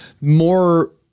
more